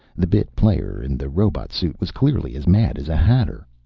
the bit-player in the robot suit was clearly as mad as a hatter.